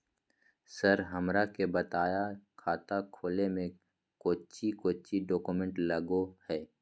Sir हमरा के बताएं खाता खोले में कोच्चि कोच्चि डॉक्यूमेंट लगो है?